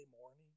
morning